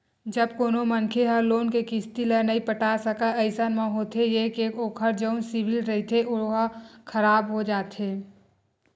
जब कोनो मनखे ह लोन के किस्ती ल नइ पटा सकय अइसन म होथे ये के ओखर जउन सिविल रिहिथे ओहा खराब हो जाथे